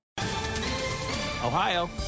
Ohio